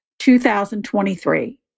2023